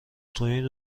تواین